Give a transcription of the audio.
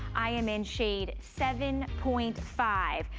i'm in shade seven point five.